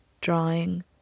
drawing